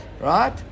right